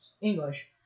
English